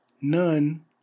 none